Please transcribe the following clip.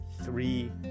Three